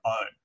own